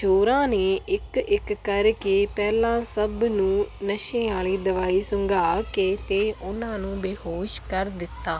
ਚੋਰਾਂ ਨੇ ਇੱਕ ਇੱਕ ਕਰਕੇ ਪਹਿਲਾਂ ਸਭ ਨੂੰ ਨਸ਼ੇ ਵਾਲੀ ਦਵਾਈ ਸੁੰਘਾ ਕੇ ਅਤੇ ਉਹਨਾਂ ਨੂੰ ਬੇਹੋਸ਼ ਕਰ ਦਿੱਤਾ